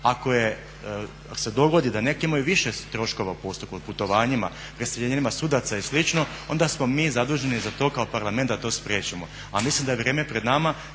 Ako se dogodi da neki imaju više troškova u postupku u putovanjima, preseljenjima sudaca i slično, onda smo mi zaduženi za to kao Parlament da to spriječimo, a mislim da je vrijeme pred nama